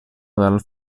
dal